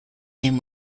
him